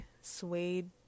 suede